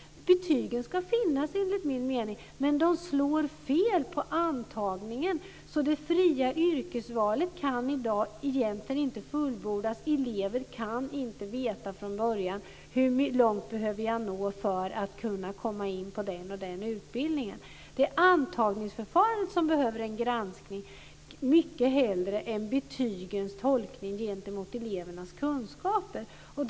Betygen ska finnas enligt min mening, men de slår fel vid antagningen, så det fria yrkesvalet kan i dag egentligen inte fullbordas. Elever kan inte veta från början hur långt de behöver nå för att kunna komma in på den ena eller den andra utbildningen. Det är antagningsförfarandet som behöver granskas. Det är viktigare än att granska hur elevernas kunskaper ska tolkas i betygen.